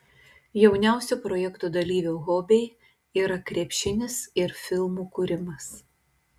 jauniausio projekto dalyvio hobiai yra krepšinis ir filmų kūrimas